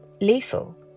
lethal